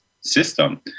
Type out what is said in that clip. system